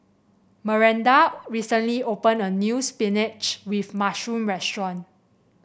Miranda recently opened a new spinach with mushroom restaurant